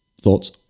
Thoughts